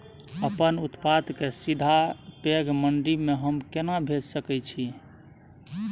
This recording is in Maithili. अपन उत्पाद के सीधा पैघ मंडी में हम केना भेज सकै छी?